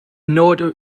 nod